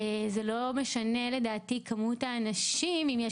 זה לא משנה לדעתי כמות האנשים אם יש